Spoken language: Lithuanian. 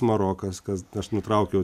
marokas kas aš nutraukiau